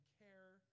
care